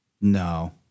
No